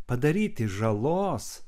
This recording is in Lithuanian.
padaryti žalos